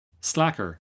Slacker